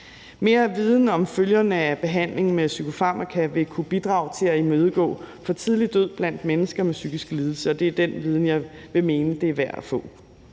Mere viden om følgerne af behandlingen med psykofarmaka vil kunne bidrage til at imødegå for tidlig død blandt mennesker med psykisk lidelse, og det er den viden, jeg vil mene det er værd at få.